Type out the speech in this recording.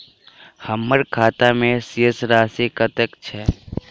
हम्मर खाता मे शेष राशि कतेक छैय?